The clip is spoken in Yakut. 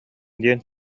диэн